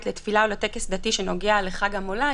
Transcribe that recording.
לתפילה או לטקס דתי הנוגע לחג המולד,